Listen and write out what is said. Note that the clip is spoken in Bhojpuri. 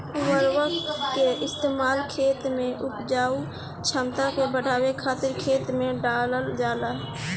उर्वरक के इस्तेमाल खेत के उपजाऊ क्षमता के बढ़ावे खातिर खेत में डालल जाला